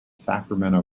sacramento